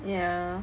yeah